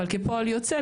אבל כפועל יוצא,